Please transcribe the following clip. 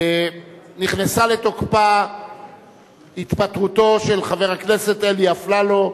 נכנסה לתוקפה התפטרותו של חבר הכנסת אלי אפללו,